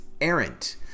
errant